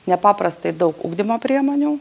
nepaprastai daug ugdymo priemonių